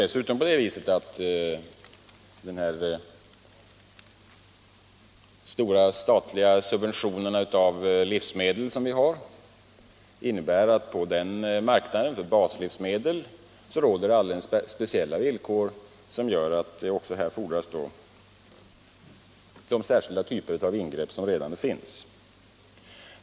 Dessutom innebär de stora statliga subventionerna av livsmedel att det på den marknaden — när det gäller baslivsmedel — råder alldeles speciella villkor, som gör att det också där fordras de särskilda typer av ingrepp som redan gjorts.